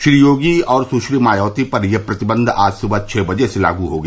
श्री योगी और सुश्री मायावती पर यह प्रतिबंध आज सुबह छः बजे से लागू हो गया